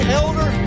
elder